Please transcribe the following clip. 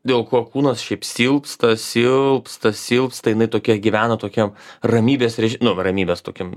dėl ko kūnas šiaip silpsta silpsta silpsta jinai tokia gyvena tokia ramybės nu va ramybės tokiam